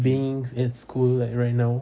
being in school like right now